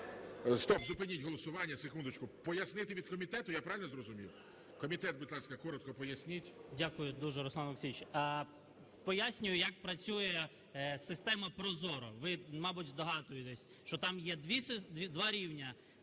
Стоп! Зупиніть голосування. Секундочку. Пояснити від комітету, я правильно зрозумів? Комітет, будь ласка, коротко поясніть. 14:24:26 МОВЧАН О.В. Дякую дуже, Руслане Олексійовичу. Пояснюю, як працює система ProZorro. Ви, мабуть, здогадуєтесь, що там є два рівні: